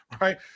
Right